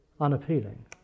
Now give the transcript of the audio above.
unappealing